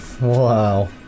Wow